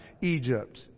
Egypt